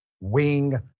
wing